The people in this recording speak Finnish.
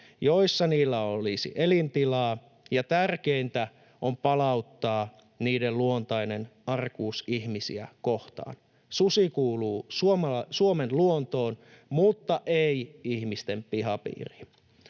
joissa niillä olisi elintilaa, ja tärkeintä on palauttaa niiden luontainen arkuus ihmisiä kohtaan. Susi kuuluu Suomen luontoon, mutta ei ihmisten pihapiiriin.